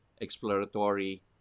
exploratory